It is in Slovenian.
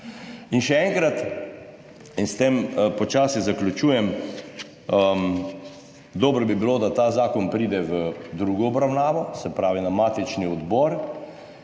In še enkrat in s tem počasi zaključujem. Dobro bi bilo, da ta zakon pride v drugo obravnavo, se pravi, na matični odbor.